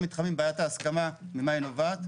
מתחמים בעיית ההסכמה ממה היא נובעת.